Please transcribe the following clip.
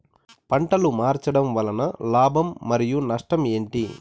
పంటలు మార్చడం వలన లాభం మరియు నష్టం ఏంటి